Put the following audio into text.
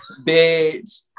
Bitch